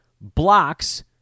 blocks